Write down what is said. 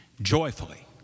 joyfully